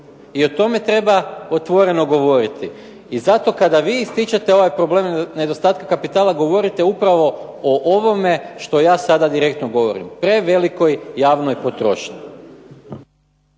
i o tome treba otvoreno govoriti. I zato kada vi ističete ovaj problem nedostatka kapitala govorite upravo o ovome što ja sada direktno govorim, prevelikoj javnoj potrošnji.